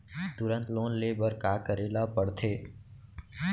तुरंत लोन ले बर का करे ला पढ़थे?